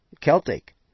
Celtic